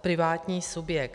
privátní subjekt.